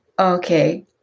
Okay